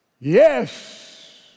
Yes